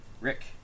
Rick